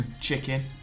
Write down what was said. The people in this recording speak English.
Chicken